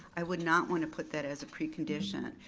i would not wanna put that as a precondition.